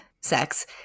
sex